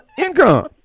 income